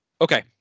okay